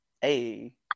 Hey